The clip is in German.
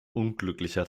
unglücklicher